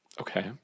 Okay